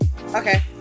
Okay